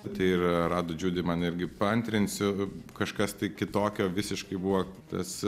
tai ir rad džiudi man irgi paantrinsiu kažkas kitokio visiškai buvo tas